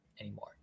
anymore